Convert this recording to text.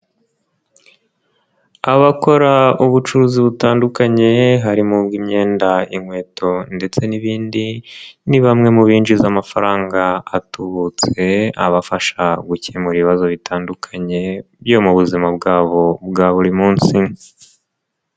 Abakora ubucuruzi butandukanye harimo imyenda, inkweto ndetse n'ibindi, ni bamwe mu binjiza amafaranga atubutse, abafasha gukemura ibibazo bitandukanye byo mu buzima bwabo bwa buri munsi.